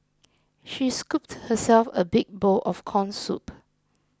she scooped herself a big bowl of Corn Soup